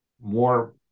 more